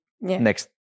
next